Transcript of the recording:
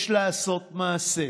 יש לעשות מעשה,